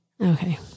Okay